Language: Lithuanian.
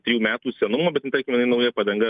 trijų metų senumo bet jinai tarkim nauja padanga